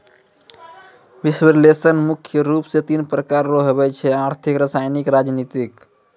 विश्लेषण मुख्य रूप से तीन प्रकार रो हुवै छै आर्थिक रसायनिक राजनीतिक